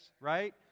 right